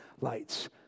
lights